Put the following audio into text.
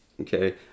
Okay